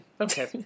Okay